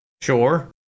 Sure